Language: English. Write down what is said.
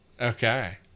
Okay